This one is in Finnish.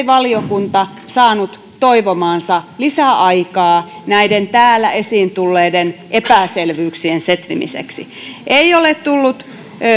valiokunta saanut toivomaansa lisäaikaa näiden täällä esiin tulleiden epäselvyyksien setvimiseksi ei ole tullut